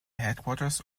headquarters